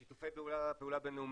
שיתופי פעולה בינלאומיים.